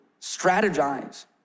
strategize